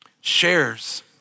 shares